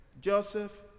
Joseph